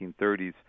1930s